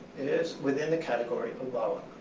it is within the category of